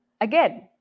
again